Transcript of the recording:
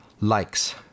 likes